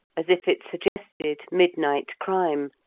as if it suggested midnight crime.